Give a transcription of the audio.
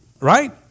right